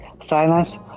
silence